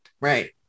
Right